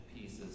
pieces